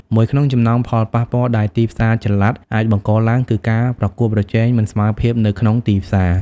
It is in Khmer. មួយក្នុងចំណោមផលប៉ះពាល់ដែលទីផ្សារចល័តអាចបង្កឡើង គឺការប្រកួតប្រជែងមិនស្មើភាពនៅក្នុងទីផ្សារ។